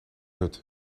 hut